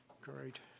Great